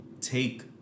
take